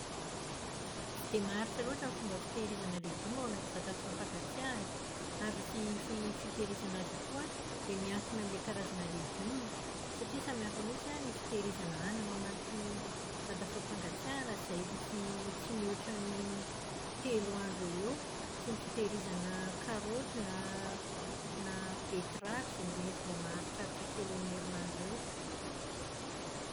Tsy dia maharitra loatra ny fomba fitahirizana legioma ao anaty vata fampangatsiahana ary ny fitahirizana azy io koa an, dia miankina amin'ilay karazana legioma. Satria samihafa mihitsy an ny fitahirizana anana ao anaty vata fampangatsiahana izay tsy mihoatra ny telo andro eo ho eo, sy ny fitahirizana karaoty na betiravy izay mety mba maharitraritra kely eo amin'ny herinandro eo ho eo.